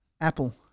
Apple